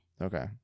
okay